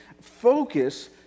focus